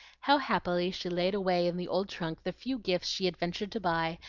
how happily she laid away in the old trunk the few gifts she had ventured to buy,